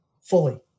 fully